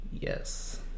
yes